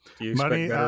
money